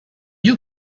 you